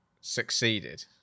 succeeded